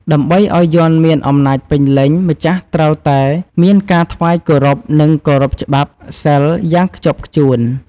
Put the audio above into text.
ដើម្បីឱ្យយ័ន្តមានអំណាចពេញលេញ ម្ចាស់ត្រូវតែ មានការថ្វាយគោរព និង គោរពច្បាប់ “សីល” យ៉ាងខ្ជាប់ខ្ជួន។